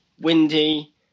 windy